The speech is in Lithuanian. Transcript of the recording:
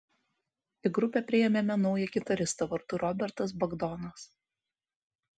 į grupę priėmėme naują gitaristą vardu robertas bagdonas